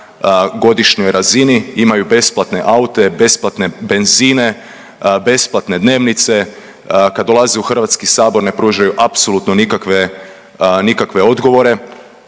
godišnjoj razini, imaju besplatne aute, besplatne benzine, besplatne dnevnice, kad dolaze u Hrvatski sabor ne pružaju apsolutno nikakve, nikakve